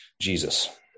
Jesus